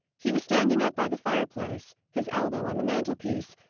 he was standing up by the fireplace, his elbow on the mantelpiece,